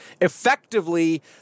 Effectively